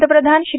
पंतप्रधान श्री